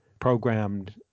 programmed